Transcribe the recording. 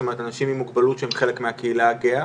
זאת אומרת אנשים עם מוגבלות שהם חלק מהקהילה הגאה?